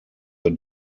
the